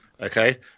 Okay